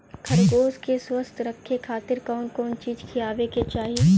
खरगोश के स्वस्थ रखे खातिर कउन कउन चिज खिआवे के चाही?